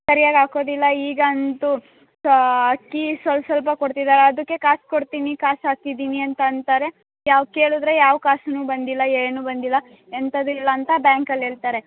ಸರ್ಯಾಗಿ ಹಾಕೋದಿಲ್ಲ ಈಗ ಅಂತೂ ಸಾ ಅಕ್ಕಿ ಸ್ವಲ್ಪ್ ಸ್ವಲ್ಪ ಕೊಡ್ತಿದ್ದಾರೆ ಅದಕ್ಕೆ ಕಾಸು ಕೊಡ್ತೀನಿ ಕಾಸು ಹಾಕಿದ್ದೀನಿ ಅಂತ ಅಂತಾರೆ ಯಾವ ಕೇಳಿದ್ರೆ ಯಾವ ಕಾಸೂ ಬಂದಿಲ್ಲ ಏನು ಬಂದಿಲ್ಲ ಎಂಥದ್ದು ಇಲ್ಲ ಅಂತ ಬ್ಯಾಂಕ್ ಅಲ್ಲಿ ಹೇಳ್ತಾರೆ